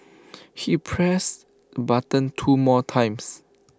he pressed button two more times